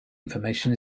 information